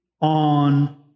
on